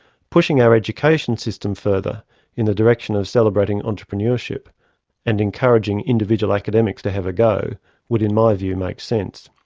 pushing our education system further in the direction of celebrating entrepreneurship and encouraging individual academics to have a go would in my view make sense.